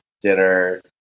dinner